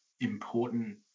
important